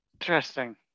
interesting